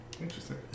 Interesting